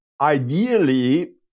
Ideally